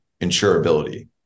insurability